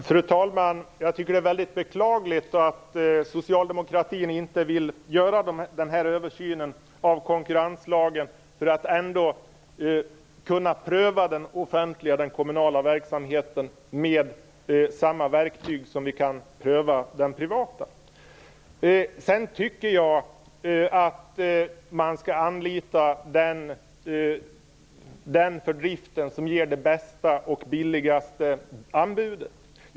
Fru talman! Det är verkligen beklagligt att socialdemokraterna inte vill göra nämnda översyn av konkurrenslagen för att kunna pröva den kommunala verksamheten med samma verktyg som vi kan pröva den privata. Jag tycker att man skall anlita den som har det bästa och billigaste anbudet vad avser driften.